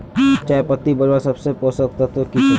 चयपत्ति बढ़वार सबसे पोषक तत्व की छे?